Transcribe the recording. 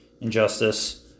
injustice